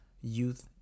Youth